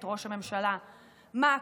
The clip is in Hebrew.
את ראש הממשלה: מה,